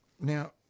Now